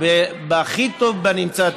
הכי טוב שבנמצא.